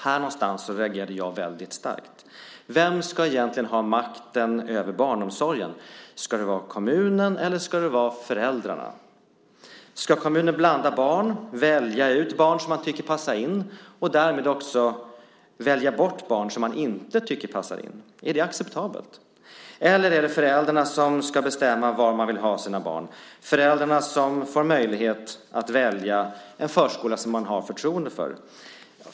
Här någonstans reagerade jag väldigt starkt. Vem ska egentligen ha makten över barnomsorgen? Ska det vara kommunen, eller ska det vara föräldrarna? Ska kommunen blanda barn och välja ut barn som man tycker passar in och därmed också välja bort barn som man inte tycker passar in? Är det acceptabelt? Eller är det föräldrarna som ska bestämma var de vill ha sina barn och som ska ha möjlighet att välja en förskola som de har förtroende för?